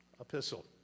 epistle